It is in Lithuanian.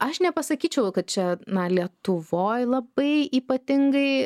aš nepasakyčiau kad čia na lietuvoj labai ypatingai